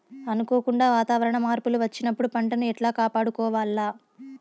అనుకోకుండా వాతావరణ మార్పులు వచ్చినప్పుడు పంటను ఎట్లా కాపాడుకోవాల్ల?